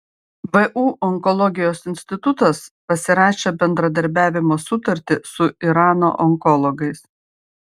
vu onkologijos institutas pasirašė bendradarbiavimo sutartį su irano onkologais